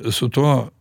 su tuo